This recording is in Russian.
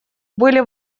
были